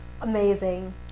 amazing